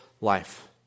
life